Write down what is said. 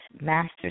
master